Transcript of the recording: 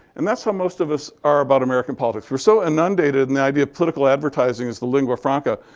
and that's how most of us are about american politics. we're so inundated in the idea of political advertising as the lingua franca,